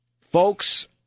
Folks